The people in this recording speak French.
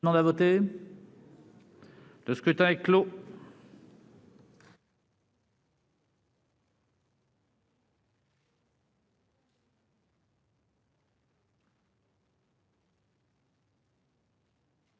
Le scrutin est clos.